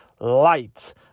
Light